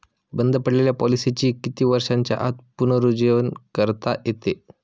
बंद पडलेल्या पॉलिसीचे किती वर्षांच्या आत पुनरुज्जीवन करता येते?